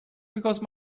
because